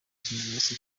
kimenyetso